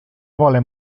vole